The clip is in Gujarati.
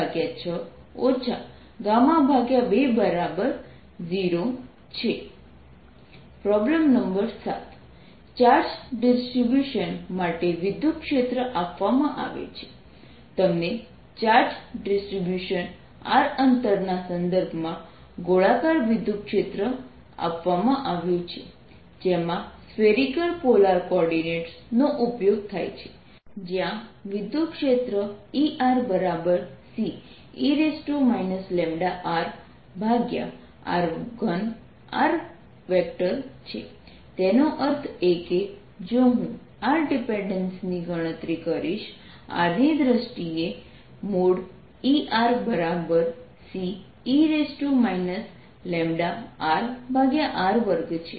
2αxxβyy 3γzz0 2αβ 3γ0 36 20 problem number 7 charge distribution માટે વિદ્યુતક્ષેત્ર આપવામાં આવે છે તમને ચાર્જ ડિસ્ટ્રિબ્યુશન r અંતરના સંદર્ભમાં ગોળાકાર વિદ્યુતક્ષેત્ર આપવામાં આવ્યુ છે જેમાં સ્ફેરિકલ પોલાર કોઓર્ડિનેટ્સ નો ઉપયોગ થાય છે જયાં વિદ્યુતક્ષેત્ર ErCe λ rr3r છે તેનો અર્થ એ કે જો હું r ડિપેન્ડેન્સની ગણતરી કરીશ r ની દ્રષ્ટિએ |Er|Ce λ rr2 છે